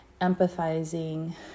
empathizing